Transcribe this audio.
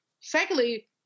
Secondly